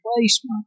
replacement